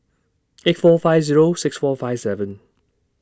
eight four five Zero six four five seven